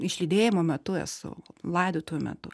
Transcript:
išlydėjimo metu esu laidotuvių metu